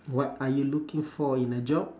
what are you looking for in a job